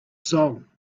soul